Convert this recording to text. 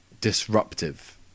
disruptive